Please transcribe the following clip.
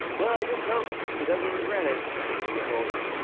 well, i just hope she doesn't regret it when she gets older.